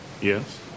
yes